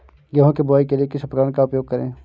गेहूँ की बुवाई के लिए किस उपकरण का उपयोग करें?